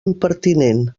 impertinent